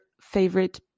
favorite